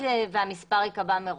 והמספר ייקבע מראש.